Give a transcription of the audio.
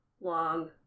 long